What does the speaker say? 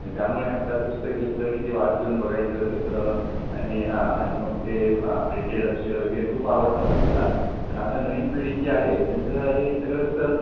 त्यामुळे हातात पुस्तक घेतलं की ते वास घेऊन बघायचं कसं आणि हां आणि मग ते हां प्रिंटेड अक्षरं वगैरे खूप आवडतात आपल्याला पण आता नवीन पिढी जी आहे त्यांचं हे सगळं कसं